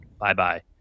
bye-bye